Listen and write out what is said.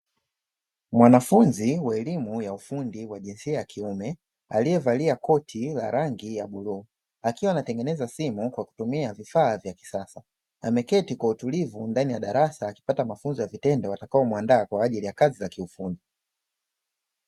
Mwanafunzi wa elimu ya ufundi wa jinsia ya kiume, aliye valia koti la rangi ya bluu, akiwa anatengeneza simu kwa kutumia vifaa vya kisasa, ameketi kwa utulivu ndani ya darasa akipata mafunzo ya vitendo, yatakayo mwandaa kwa ajili ya kazi za kiufundi.